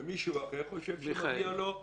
ומישהו אחר חושב שמגיע לו,